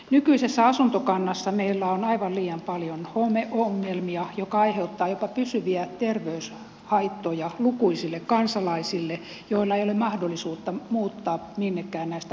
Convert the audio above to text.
nykyisessä asuntokannassa meillä on aivan liian paljon homeongelmia jotka aiheuttavat jopa pysyviä terveyshaittoja lukuisille kansalaisille joilla ei ole mahdollisuutta muuttaa minnekään näistä homepesäkkeistä